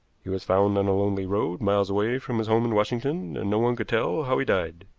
he was found on a lonely road miles away from his home in washington, and no one could tell how he died.